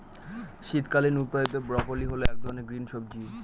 শীতকালীন উৎপাদীত ব্রোকলি হল এক ধরনের গ্রিন সবজি